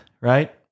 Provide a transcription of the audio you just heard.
right